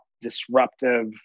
disruptive